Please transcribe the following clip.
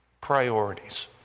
priorities